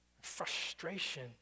frustration